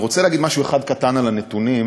אני רוצה להגיד משהו אחד קטן על הנתונים,